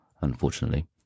unfortunately